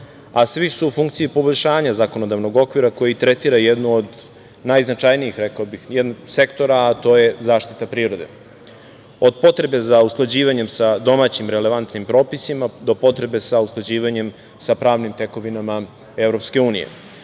a svi su u funkciji poboljšanja zakopavanog okvira koji tretira jednu od najznačajnijih, rekao bih, sektora, a to je zaštita prirode. Od potreba za usklađivanjem sa domaćim relevantnim propisima do potreba sa usklađivanjem sa pravnim tekovinama